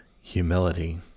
humility